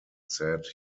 said